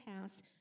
house